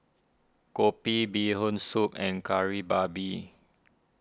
Kopi Bee Hoon Soup and Kari Babi